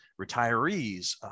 retirees